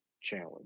challenge